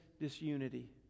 disunity